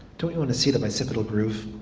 don't you want to see the bicipital groove?